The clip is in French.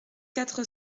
quatre